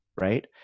right